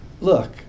look